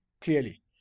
clearly